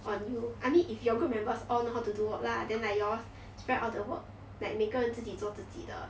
on you I mean if your group members all know how to do work lah then like yours spread out the work like 每个人自己做自己的